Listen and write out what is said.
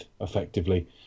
effectively